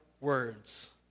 words